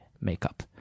makeup